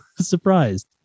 surprised